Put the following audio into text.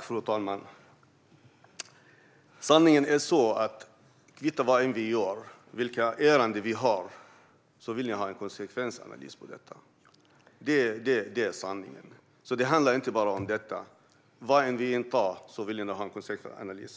Fru talman! Sanningen är den att vad vi än gör, vilka ärenden det än rör sig om, vill ni ha en konsekvensanalys. Det är sanningen. Det handlar inte bara om detta ärende. Någon av dina kamrater